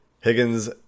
Higgins